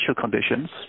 conditions